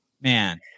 man